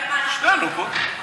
בינתיים אתה, שנינו פה.